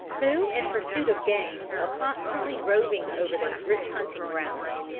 who in pursuit of game were constantly roving over those rich hunting grounds.